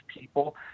people